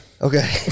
Okay